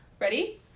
Ready